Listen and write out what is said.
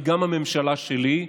והיא גם הממשלה שלי,